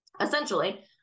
essentially